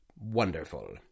wonderful